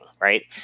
right